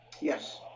Yes